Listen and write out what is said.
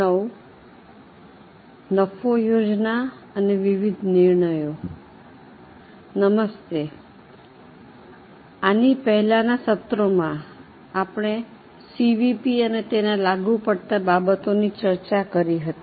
નમસ્તે પહેલાના સત્રોમાં અમે સીવીપી અને તેના લાગુ પડતા બાબતોની ચર્ચા કરી હતી